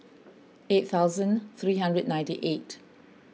eight thousand three hundred ninety eight